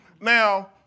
Now